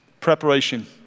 Preparation